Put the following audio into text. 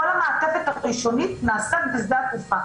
כל המעטפת הראשונית נעשית בשדה התעופה.